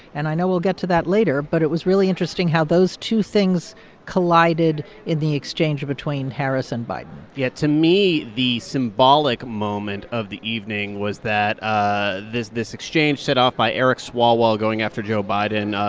and i know we'll get to that later. but it was really interesting how those two things collided in the exchange between harris and biden yeah, to me the symbolic moment of the evening was that ah this this exchange set off by eric swalwell going after joe biden,